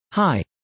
Hi